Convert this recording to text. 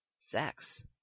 sex